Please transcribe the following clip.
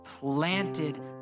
Planted